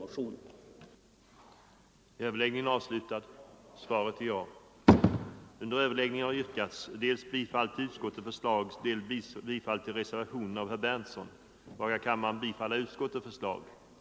ning gav följande resultat: